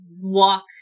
walk